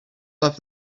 love